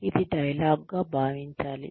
ఇది డైలాగ్గా భావించాలి